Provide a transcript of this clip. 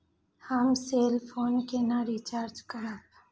हम cell phone केना recharge करब?